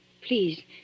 please